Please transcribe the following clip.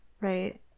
right